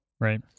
Right